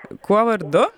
kuo vardu